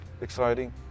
exciting